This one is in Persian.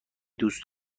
دوست